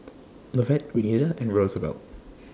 Lovett Renita and Roosevelt